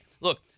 look